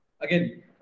again